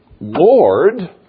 Lord